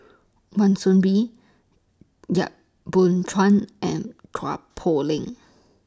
Wan Soon Bee Yap Boon Chuan and Chua Poh Leng